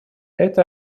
это